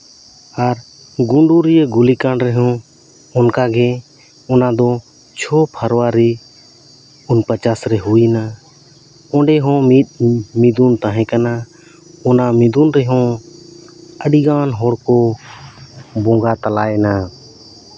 ᱟᱨ ᱜᱩᱲᱩᱨᱤᱭᱟᱹ ᱜᱩᱞᱤ ᱠᱟᱱᱰ ᱨᱮᱦᱚᱸ ᱚᱱᱠᱟᱜᱮ ᱚᱱᱟ ᱫᱚ ᱪᱷᱚ ᱯᱷᱮᱵᱽᱨᱩᱣᱟᱨᱤ ᱩᱱᱚᱯᱚᱪᱟᱥ ᱨᱮ ᱦᱩᱭᱱᱟ ᱚᱸᱰᱮ ᱦᱚᱸ ᱢᱤᱫ ᱢᱤᱫᱩᱱ ᱛᱟᱦᱮᱸ ᱠᱟᱱᱟ ᱚᱱᱟ ᱢᱤᱫᱩᱱ ᱨᱮᱦᱚᱸ ᱟᱹᱰᱤ ᱜᱟᱱ ᱦᱚᱲ ᱠᱚ ᱵᱚᱸᱜᱟ ᱛᱟᱞᱟᱭᱮᱱᱟ